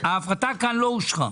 ההפרטה כאן לא אושרה.